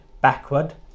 backward